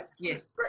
yes